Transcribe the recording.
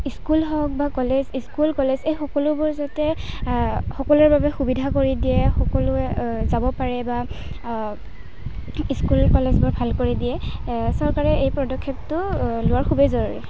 school হওক বা college school college এই সকলোবোৰ যাতে সকলোৰে বাবে সুবিধা কৰি দিয়ে সকলোৱে যাব পাৰে বা স্কুল কলেজবোৰ ভাল কৰি দিয়ে চৰকাৰে এই পদক্ষেপটো লোৱাৰ খুবেই জৰুৰী